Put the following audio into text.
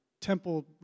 temple